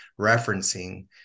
referencing